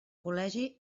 col·legi